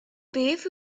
beth